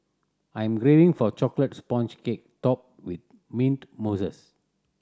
I'm craving for a chocolate sponge cake topped with mint mousses